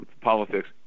politics